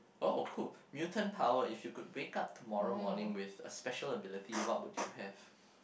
oh cool mutant power if you could wake up tomorrow morning with a special ability what would you have